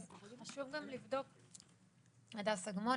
הדס אגמון,